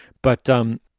but dumb.